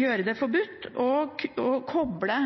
gjøre det forbudt å koble